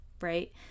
right